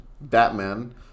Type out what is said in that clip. Batman